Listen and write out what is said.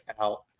out